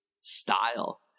style